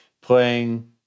playing